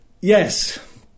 yes